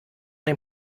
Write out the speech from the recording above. dem